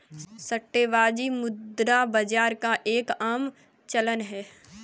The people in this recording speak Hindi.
सट्टेबाजी मुद्रा बाजार का एक आम चलन है